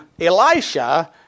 Elisha